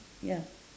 ya